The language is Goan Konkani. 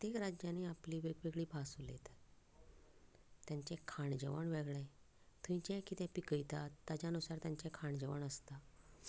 प्रत्येक राज्यांनी आपली वेगवेगळी भास उलयतात तांचें खाण जेवण वेगळें थंय जें कितें पिकयतात तांचे अनुसार तांचें खाण जेवण आसता